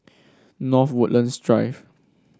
North Woodlands Drive